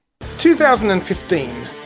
2015